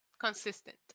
Consistent